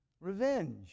Revenge